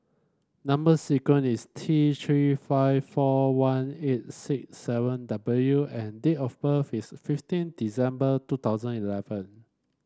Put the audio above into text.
number sequence is T Three five four one eight six seven W and date of birth is fifteen December two thousand eleven